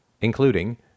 including